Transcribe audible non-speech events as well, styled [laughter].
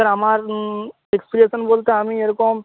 sir আমার [unintelligible] বলতে আমি এরকম